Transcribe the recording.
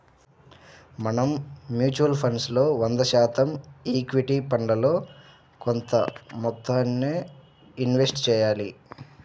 మనం mutual funds లో వంద శాతం ఈక్విటీ ఫండ్లలో కొంత మొత్తాన్నే ఇన్వెస్ట్ చెయ్యాలి